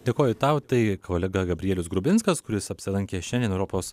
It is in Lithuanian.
dėkoju tau tai kolega gabrielius grubinskas kuris apsilankė šiandien europos